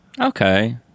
Okay